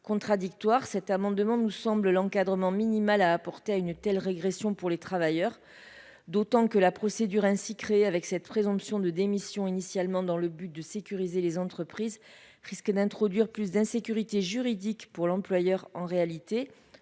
contradictoire, cet amendement, nous semble l'encadrement minimal à apporter à une telle régression pour les travailleurs, d'autant que la procédure ainsi créé avec cette présomption de démission initialement dans le but de sécuriser les entreprises risquent d'introduire plus d'insécurité juridique pour l'employeur, en réalité,